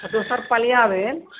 दोसर पलिआ भेल